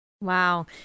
Wow